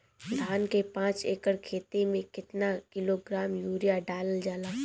धान के पाँच एकड़ खेती में केतना किलोग्राम यूरिया डालल जाला?